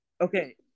Okay